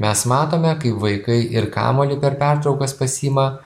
mes matome kaip vaikai ir kamuolį per pertraukas pasiima